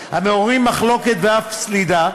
המעוררים מחלוקת ואף סלידה,